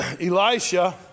elisha